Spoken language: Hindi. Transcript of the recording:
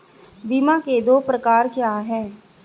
बीमा के दो प्रकार क्या हैं?